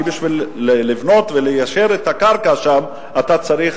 כי בשביל לבנות וליישר את הקרקע שם אתה צריך